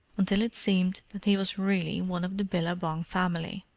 until it seemed that he was really one of the billabong family.